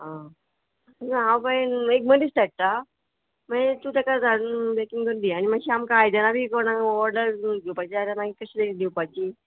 आं ना बाये एक मनीस धाडटा मागीर तूं ताका धाड बेगीन करून दिता आयदनां बी कोण ऑर्डर घेवपाची आयदनां मागीर कशें दिवपाची